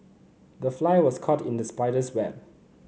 the fly was caught in the spider's web